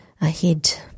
ahead